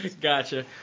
gotcha